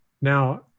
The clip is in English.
Now